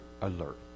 alert